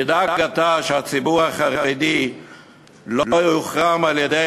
תדאג אתה שהציבור החרדי לא יוחרם על-ידי